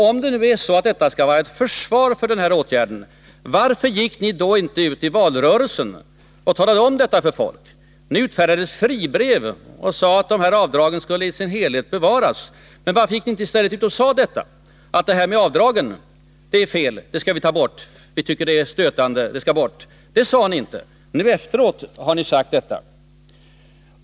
Om detta skall vara ett försvar för åtgärden att begränsa avdragsrätten, varför gick ni då inte ut i valrörelsen och talade om för folk vad ni tänkte i den här frågan? Ni utfärdade i stället ett fribrev och sade att avdragen skulle bevaras i sin helhet. Varför sade ni inte i stället att detta med avdragen är fel, det är stötande, det skall bort? Det sade ni inte. Nu efteråt har ni sagt det.